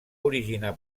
originar